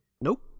Nope